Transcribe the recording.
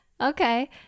Okay